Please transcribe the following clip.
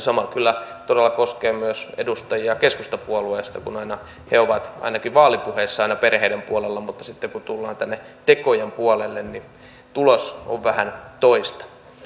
sama kyllä todella koskee myös edustajia keskustapuolueesta kun aina he ovat ainakin vaalipuheissaan perheiden puolella mutta sitten kun tullaan tänne tekojen puolelle niin tulos on vähän toista